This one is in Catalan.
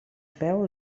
peu